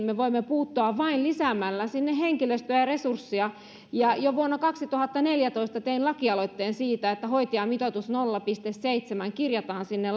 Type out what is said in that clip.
me voimme puuttua vanhustenhuollon ongelmiin vain lisäämällä sinne henkilöstöä ja ja resursseja jo vuonna kaksituhattaneljätoista tein lakialoitteen siitä että hoitajamitoitus nolla pilkku seitsemään kirjataan sinne